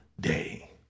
day